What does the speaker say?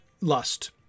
lust